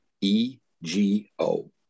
E-G-O